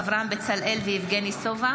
אברהם בצלאל ויבגני סובה